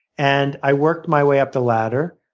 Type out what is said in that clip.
and i worked my way up the ladder.